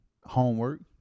Homework